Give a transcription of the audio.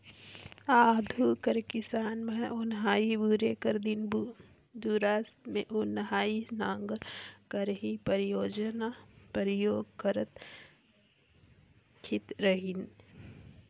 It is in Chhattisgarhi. आघु कर किसान मन ओन्हारी बुने कर दिन दुरा मे ओन्हारी नांगर कर ही परियोग करत खित रहिन